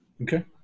Okay